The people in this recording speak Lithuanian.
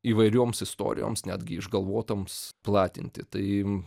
įvairioms istorijoms netgi išgalvotoms platinti tai